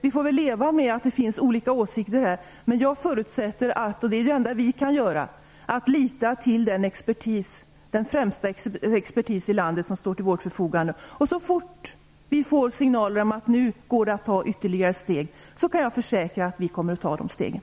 Vi får väl leva med att det finns olika åsikter, men det enda vi kan göra är att lita till den främsta expertis i landet som står till vårt förfogande. Så fort vi får signaler om att det går att ta ytterligare steg då kan jag försäkra att vi kommer att ta de stegen.